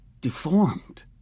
deformed